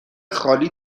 خالی